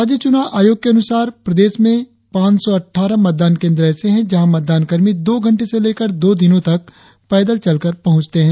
राज्य चुनाव आयोग के अनुसार प्रदेश में पांच सौ अट्ठारह मतदान केंद्र ऐसे है जहाँ मतदान कर्मी दो घंटे से लेकर दो दिनो तक पैदल चलकर पहुँचते है